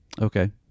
okay